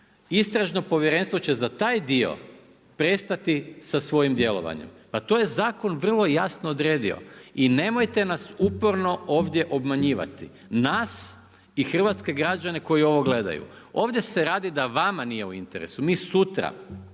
istražno povjerenstvo će za taj dio prestati sa svojim djelovanjem. Pa to je zakon vrlo jasno odredio. I nemojte nas uporno ovdje obmanjivati, nas i hrvatske građane koji ovo gledaju. Ovdje se radi sa vama nije u interesu. Mi sutra